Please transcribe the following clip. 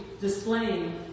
displaying